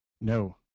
No